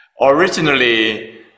Originally